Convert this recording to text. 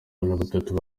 batatu